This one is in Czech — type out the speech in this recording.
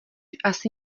asi